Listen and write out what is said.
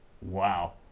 Wow